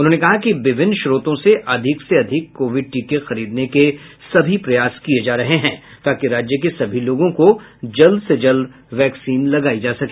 उन्होंने कहा कि विभिन्न स्रोतों से अधिक से अधिक कोविड टीके खरीदने के सभी प्रयास किए जा रहे हैं ताकि राज्य के सभी लोगों को जल्द से जल्द वैक्सीन लगाई जा सके